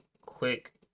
quick